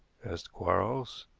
asked quarles.